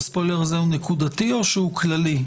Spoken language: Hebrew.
אז הספוילר הזה הוא נקודתי או שהוא כללי?